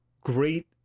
great